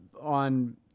on